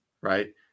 Right